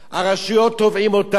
הרשויות תובעות אותם,